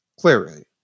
Clearly